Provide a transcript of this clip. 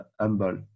humble